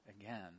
again